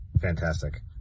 Fantastic